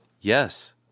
Yes